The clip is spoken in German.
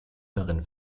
darin